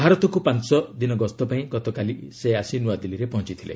ଭାରତକୁ ପାଞ୍ଚ ଦିନ ଗସ୍ତ ପାଇଁ ଗତକାଲି ସେ ଆସି ନ୍ତଆଦିଲ୍ଲୀରେ ପହଞ୍ଚିଥିଲେ